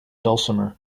dulcimer